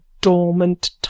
dormant